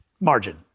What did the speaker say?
margin